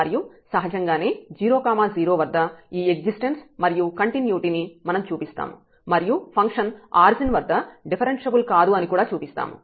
మరియు సహజంగానే 0 0 వద్ద ఈ ఎగ్జిస్టెన్స్ మరియు కంటిన్యుటీ ని మనం చూపిస్తాము మరియు ఫంక్షన్ ఆరిజిన్ వద్ద డిఫరెన్ష్యబుల్ కాదు అని కూడా చూపిస్తాము